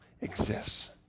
exists